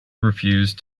refused